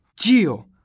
Gio